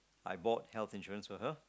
I bought health insurance for her